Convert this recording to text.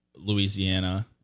Louisiana